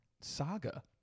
saga